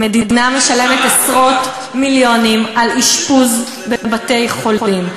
המדינה משלמת עשרות מיליונים על אשפוז בבתי-חולים.